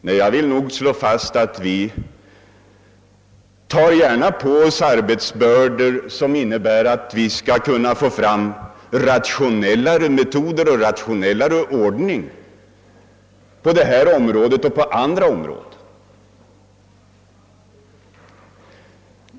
Nej, jag vill slå fast att vi gärna tar på oss en arbetsbörda som kan resultera i att vi får fram bättre metoder och en rationellare ordning på detta område såväl som på andra.